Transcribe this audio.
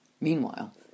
Meanwhile